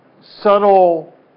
subtle